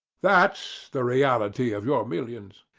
that's the reality of your millions.